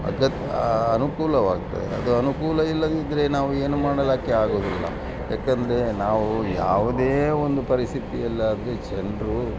ಅಗತ್ಯ ಅನುಕೂಲವಾಗ್ತದೆ ಅದು ಅನುಕೂಲ ಇಲ್ಲದಿದ್ದರೆ ನಾವು ಏನು ಮಾಡಲಿಕ್ಕೆ ಆಗುವುದಿಲ್ಲ ಏಕೆಂದರೆ ನಾವು ಯಾವುದೇ ಒಂದು ಪರಿಸ್ಥಿಯಲ್ಲಾಗಲಿ ಜನರು